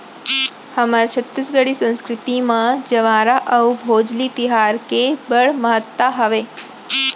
हमर छत्तीसगढ़ी संस्कृति म जंवारा अउ भोजली तिहार के बड़ महत्ता हावय